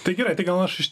tai gerai tai gal aš